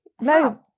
no